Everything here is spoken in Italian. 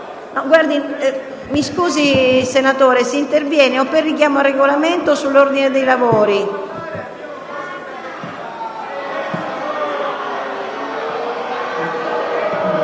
Mi scusi, senatore, può intervenire o per un richiamo al Regolamento o sull'ordine dei lavori.